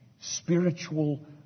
spiritual